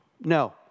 No